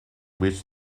which